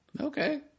Okay